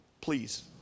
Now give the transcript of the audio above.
please